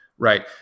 Right